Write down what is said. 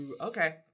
okay